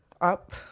up